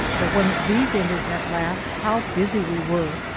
but when these ended at last, how busy we were!